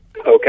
Okay